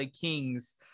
kings